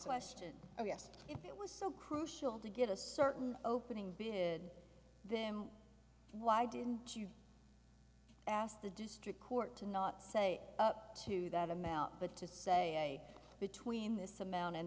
guess if it was so crucial to get a certain opening bid them why didn't you ask the district court to not say up to that amount but to say between this amount